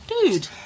Dude